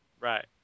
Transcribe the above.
Right